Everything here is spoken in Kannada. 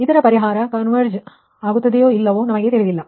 ಇದರ ಪರಿಹಾರ ಕನ್ವರ್ಜ ಆಗುತ್ತದೆಯೋ ಇಲ್ಲವೋ ನಮಗೆ ತಿಳಿದಿಲ್ಲ